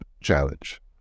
challenge